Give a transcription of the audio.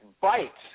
bites